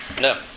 No